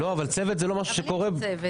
לא, אבל צוות זה לא משהו שקורה --- אבל יש צוות.